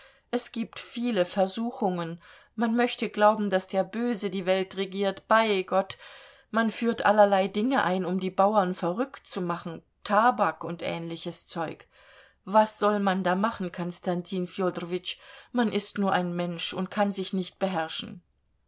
es gibt viele versuchungen man möchte glauben daß der böse die welt regiert bei gott man führt allerlei dinge ein um die bauern verrückt zu machen tabak und ähnliches zeug was soll man da machen konstantin fjodorowitsch man ist nur ein mensch und kann sich nicht beherrschen